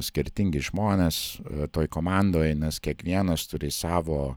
skirtingi žmonės toj komandoj nes kiekvienas turi savo